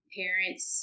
parents